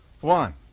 one